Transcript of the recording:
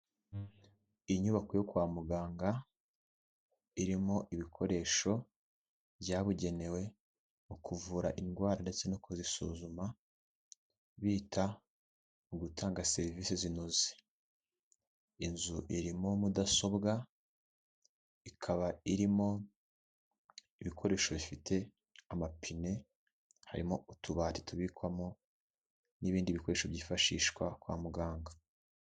Inyubako yo kwa muganga irimo ibikoresho byabugenewe mu kuvura indwara ndetse no kuzisuzuma, bita ku gutanga serivisi zinoze. Inzu irimo mudasobwa ikaba irimo ibikoresho bifite amapine, harimo utubati tubikwamo n'ibindi bikoresho byifashishwa kwa muganga.